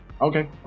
Okay